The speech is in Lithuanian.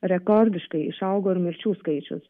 rekordiškai išaugo ir mirčių skaičius